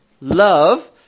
love